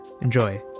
enjoy